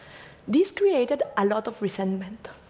this created a lot of resentment,